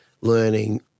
learning